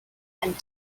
and